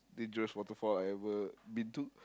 dangerous waterfall I ever been to